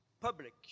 public